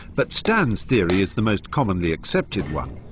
but stan's theory is the most commonly accepted one.